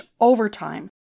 overtime